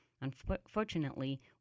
unfortunately